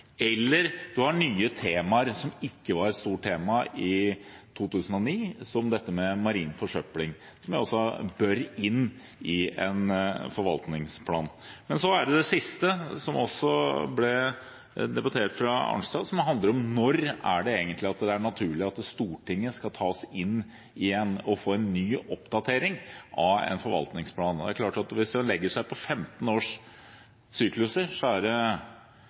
eller så kan det kan være nye temaer som ikke var et stort tema i 2009, som dette med marin forsøpling, som også bør inn i en forvaltningsplan. Men så er det det siste, som også ble tatt opp av Arnstad, som handler om når det egentlig er naturlig at Stortinget skal tas med igjen og få en ny oppdatering av en forvaltningsplan. Hvis en legger seg på 15 års